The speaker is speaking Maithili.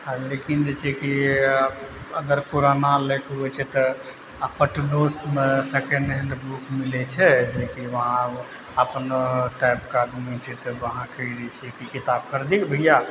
आ लेकिन जे छै कि अगर पुराना लय के होइ छै तऽ आ पटनो सब मे सेकेण्ड हेन्ड बुक मिलै छै जे कि उहाँ अपनो टाइप के आदमी छै तऽ उहाँ के जे छै किताब खरीद लेलियै भैया